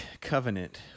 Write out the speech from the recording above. covenant